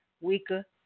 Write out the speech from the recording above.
weaker